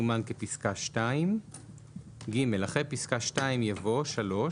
תסומן כפסקה "(2)"; (ג) אחרי פסקה (2) יבוא: "(3)